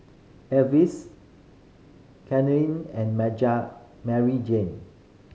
Elvis Caitlynn and Maryjane